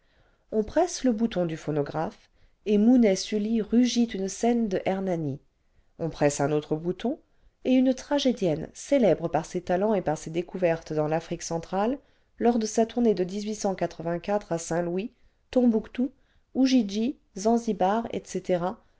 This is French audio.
on presse le bouton du phonographe et mounet sully rugit une scène de hernani on presse un autre bouton et une tragédienne célèbre par ses talents et par ses découvertes dans l'afrique centrale lors de sa tournée de à saint-louis tombouctou ujigi zanzibar etc